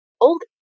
old